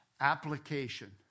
Application